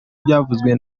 byavuzwe